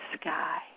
sky